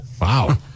Wow